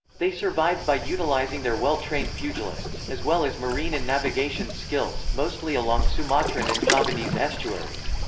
they survived by utilizing their well trained pugilists, as well as marine and navigation skills, mostly along sumatran and javanese estuaries.